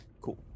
cool